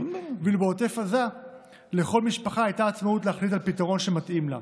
ואילו בעוטף עזה לכל משפחה הייתה עצמאות להחליט על פתרון שמתאים לה,